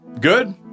Good